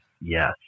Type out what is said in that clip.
yes